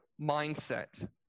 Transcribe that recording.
mindset